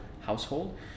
household